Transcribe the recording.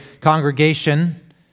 congregation